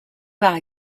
par